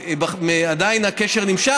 עדיין הקשר נמשך,